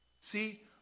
see